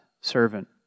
servant